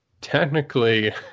Technically